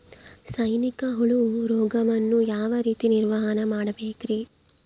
ಸೈನಿಕ ಹುಳು ರೋಗವನ್ನು ಯಾವ ರೇತಿ ನಿರ್ವಹಣೆ ಮಾಡಬೇಕ್ರಿ?